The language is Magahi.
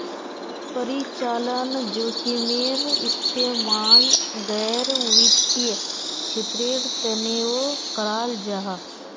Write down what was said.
परिचालन जोखिमेर इस्तेमाल गैर वित्तिय क्षेत्रेर तनेओ कराल जाहा